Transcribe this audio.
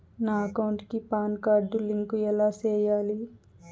నా అకౌంట్ కి PAN card link ఎలా సేయాలి